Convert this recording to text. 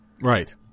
Right